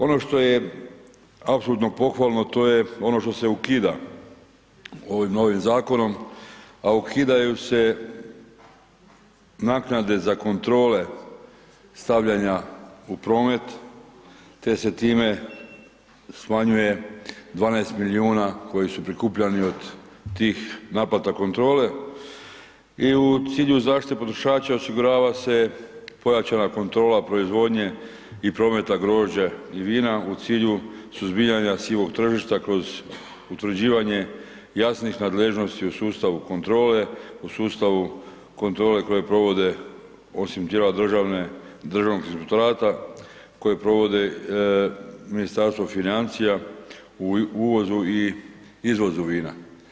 Ono što je apsolutno pohvalno to je ono što se ukida ovim novim zakonom, a ukidaju se naknade za kontrole stavljanja u promet te se time smanjuje 12 milijuna koji su prikupljani od tih naplata kontrole i u cilju zaštite potrošača osigurava se pojačana kontrola proizvodnje i prometa grožđa i vina u cilju suzbijanja sivog tržišta kroz utvrđivanje jasnih nadležnosti u sustavu kontrole, u sustavu kontrole koje provode osim tijela državne, državnog inspektorata, koje provode Ministarstvo financija u uvozu i izvozu vina.